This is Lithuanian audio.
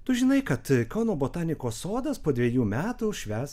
tu žinai kad kauno botanikos sodas po dvejų metų švęs